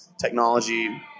technology